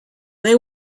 they